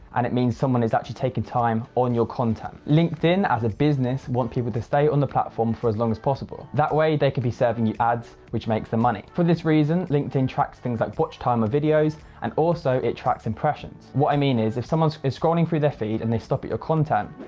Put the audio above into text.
and it means someone is actually taking time on your content. linkedin as a business want people to stay on the platform for as long as possible. that way they can be serving you ads which makes them money. for this reason, linkedin tracks things like watch time of videos and also it tracks impressions. what i mean is if someone's scrolling through their feed and they stop at your content,